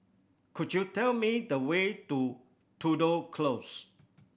could you tell me the way to Tudor Close